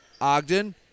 Ogden